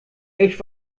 ich